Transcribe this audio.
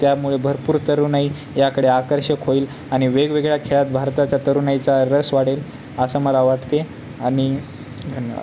त्यामुळे भरपूर तरुणाई याकडे आकर्षक होईल आणि वेगवेगळ्या खेळात भारताच्या तरुणाईचा रस वाढेल असं मला वाटते आहे आणि धन्यवाद